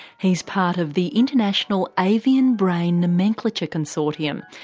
he's part of the international avian brain nomenclature consortium,